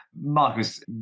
Marcus